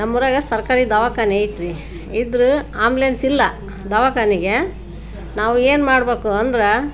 ನಮ್ಮೂರಾಗ ಸರ್ಕಾರಿ ದವಾಖಾನೆ ಐತ್ರಿ ಇದ್ದರೂ ಆ್ಯಂಬುಲೆನ್ಸ್ ಇಲ್ಲ ದವಾಖಾನೆಗೆ ನಾವು ಏನ್ಮಾಡಬೇಕು ಅಂದ್ರೆ